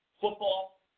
Football